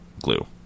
Glue